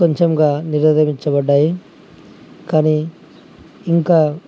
కొంచంగా నిరోదించబడ్డాయి కానీ ఇంకా